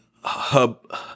hub